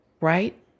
right